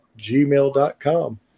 gmail.com